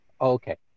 Okay